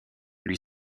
lui